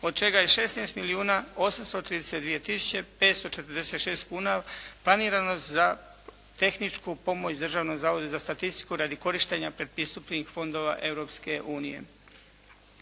832 tisuće 546 kuna planirano za tehničku pomoć Državnom zavodu za statistiku radi korištenja predpristupnih fondova